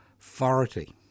authority